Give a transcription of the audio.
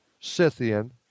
Scythian